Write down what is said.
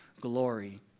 glory